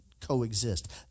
coexist